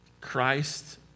Christ